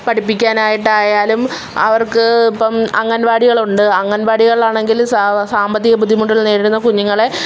പഠിപ്പിക്കാനായിട്ടായാലും അവർക്ക് ഇപ്പോള് അംഗൻവാടികളുണ്ട് അംഗൻവാടികളാണെങ്കിലും സാമ്പത്തിക ബുദ്ധിമുട്ടുകൾ നേരിടുന്ന കുഞ്ഞുങ്ങളെ